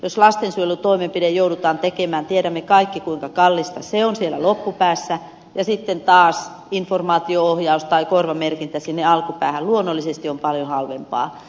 jos lastensuojelutoimenpide joudutaan tekemään tiedämme kaikki kuinka kallista se on siellä loppupäässä ja sitten taas informaatio ohjaus tai korvamerkintä sinne alkupäähän on luonnollisesti paljon halvempaa